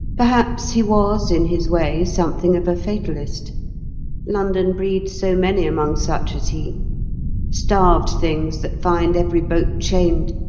perhaps he was, in his way, something of a fatalist london breeds so many among such as he starved things that find every boat chained,